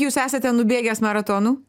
jūs esate nubėgęs maratonų